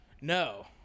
No